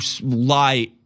lie